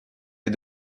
est